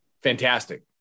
Fantastic